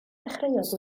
dechreuodd